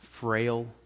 Frail